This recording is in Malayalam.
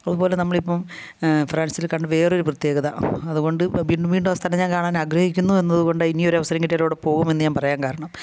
അതുപോലെ നമ്മളിപ്പം ഫ്രാൻസിൽ കണ്ട വേറൊരു പ്രത്യേകത അതു കൊണ്ട് വീണ്ടും വീണ്ടും ആ സ്ഥലം ഞാൻ കാണാനാഗ്രഹിക്കുന്നു എന്നത് കൊണ്ട് ഇനി ഒരവസരം കിട്ടിയാൽ അവിടെ പോകുമെന്ന് പറയാൻ കാരണം